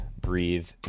breathe